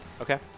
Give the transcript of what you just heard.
Okay